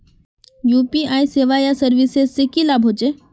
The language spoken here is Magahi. यु.पी.आई सेवाएँ या सर्विसेज से की लाभ होचे?